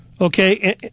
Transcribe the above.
Okay